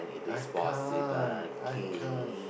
I can't I can't